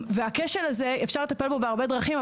והכשל הזה אפשר לטפל בו בהרבה דרכים.